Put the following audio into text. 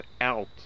out